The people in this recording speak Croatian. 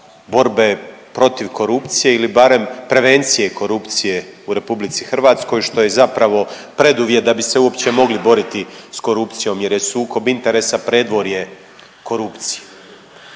borbe protiv korupcije ili barem prevencije korupcije u RH što je zapravo preduvjet da bi se uopće mogli boriti s korupcijom jer je sukob interesa predvorje korupcije.